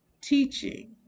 teaching